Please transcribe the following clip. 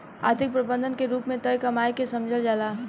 आर्थिक प्रबंधन के रूप में तय कमाई के समझल जाला